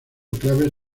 claves